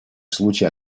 случай